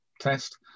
test